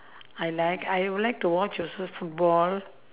I like I would like to watch also football